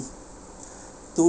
to